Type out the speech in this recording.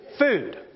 Food